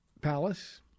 palace